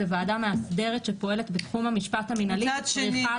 בסוף זו ועדה מאסדרת שפועלת בתחום המשפט המינהלי שצריכה להתייעץ.